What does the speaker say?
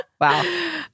Wow